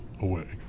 away